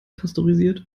pasteurisiert